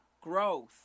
growth